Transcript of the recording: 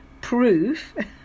proof